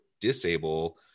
disable